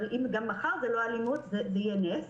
אבל אם גם מחר זה לא אלימות זה יהיה נס.